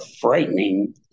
frightening